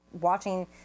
watching